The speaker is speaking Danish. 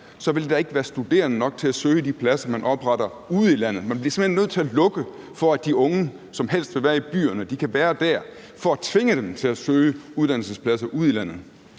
vil der ikke være studerende nok til at søge de pladser, man opretter ude i landet. Man bliver simpelt hen nødt til at lukke, for at de unge, som helst vil være i byerne, kan være der, for at tvinge dem til at søge uddannelsespladser ude i landet.